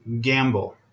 gamble